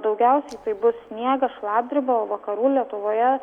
daugiausiai tai bus sniegas šlapdriba o vakarų lietuvoje